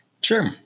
Sure